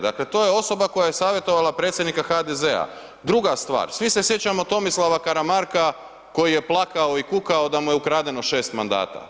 Dakle to je osoba koja je savjetovala predsjednika HDZ-a. druga stvar, svi se sjećamo Tomislava Karamarka koji je plakao i kukao da mu je ukradeno 6 mandata.